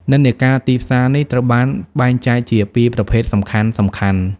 និន្នាការទីផ្សារនេះត្រូវបានបែងចែកជាពីរប្រភេទសំខាន់ៗ។